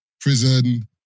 prison